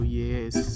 yes